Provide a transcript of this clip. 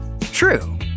True